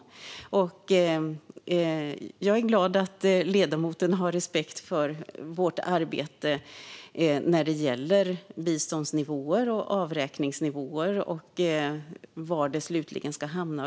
Jag är glad att ledamoten har respekt för vårt arbete när det gäller biståndsnivåer och avräkningsnivåer och var det slutligen ska hamna.